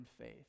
faith